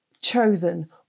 Chosen